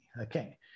Okay